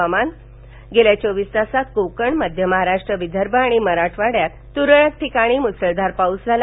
हवामान गेल्या चोवीस तासांत कोकण मध्य महाराष्ट्र विदर्भ आणि मराठवाख्यात तुरळक ठिकाणी मुसळधार पाऊस झाला